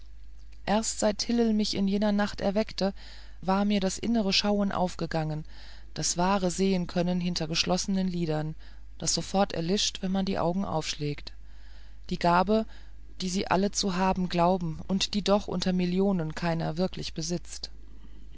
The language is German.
erst seit hillel mich in jener nacht erweckt war mir das innere schauen aufgegangen das wahre sehenkönnen hinter geschlossenen lidern das sofort erlischt wenn man die augen aufschlägt die gabe die sie alle zu haben glauben und die doch unter millionen keiner wirklich besitzt